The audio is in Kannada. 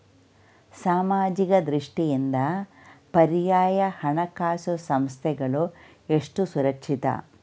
ಸಾಮಾಜಿಕ ದೃಷ್ಟಿಯಿಂದ ಪರ್ಯಾಯ ಹಣಕಾಸು ಸಂಸ್ಥೆಗಳು ಎಷ್ಟು ಸುರಕ್ಷಿತ?